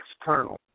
external